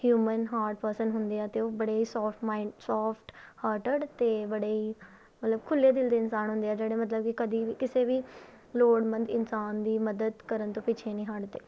human heart person ਹੁੰਦੇ ਆ ਅਤੇ ਉਹ ਬੜੇ ਸੋਫਟ ਮਾਈਂਡ ਸੋਫਟ ਹਾਰਟਡ ਅਤੇ ਬੜੇ ਹੀ ਮਤਲਬ ਖੁੱਲ੍ਹੇ ਦਿਲ ਦੇ ਇਨਸਾਨ ਹੁੰਦੇ ਆ ਜਿਹੜੇ ਮਤਲਬ ਕਿ ਕਦੀ ਵੀ ਕਿਸੇ ਵੀ ਲੋੜਮੰਦ ਇਨਸਾਨ ਦੀ ਮਦਦ ਕਰਨ ਤੋਂ ਪਿੱਛੇ ਨਹੀਂ ਹੱਟਦੇ